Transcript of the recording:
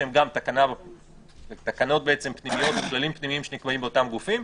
שהן גם תקנות פנימיות וכללים פנימיים שנקבעים באותם גופים.